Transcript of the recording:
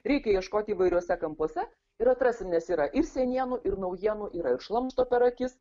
reikia ieškoti įvairiuose kampuose ir atrasti nes yra ir senienų ir naujienų yra ir šlamšto per akis